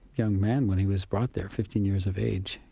young man when he was brought there, fifteen years of age,